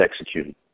executed